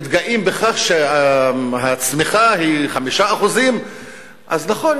מתגאים בכך שהצמיחה היא 5%. אז נכון,